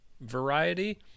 variety